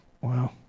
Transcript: Wow